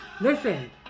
listen